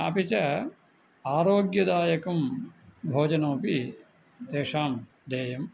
अपि च आरोग्यदायकं भोजनमपि तेषां देयम्